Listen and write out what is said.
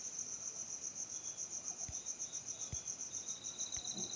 निधी हस्तांतरण कसा काम करता ह्याच्या बद्दल माहिती दिउक शकतात काय?